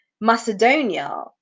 Macedonia